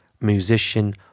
musician